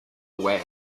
away